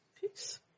Peace